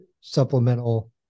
supplemental